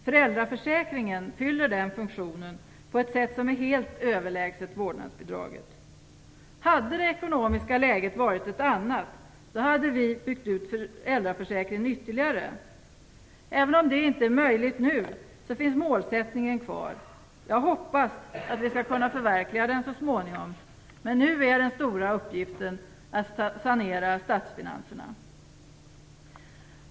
Föräldraförsäkringen fyller den funktionen på ett sätt som är helt överlägset vårdnadsbidraget. Hade det ekonomiska läget varit ett annat hade vi byggt ut föräldraförsäkringen ytterligare. Även om det inte nu är möjligt så finns målsättningen kvar. Jag hoppas att vi skall kunna förverkliga det så småningom. Men nu är den stora uppgiften att sanera statsfinanserna.